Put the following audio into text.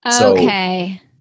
Okay